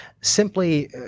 simply